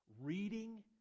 reading